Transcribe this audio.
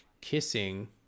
kissing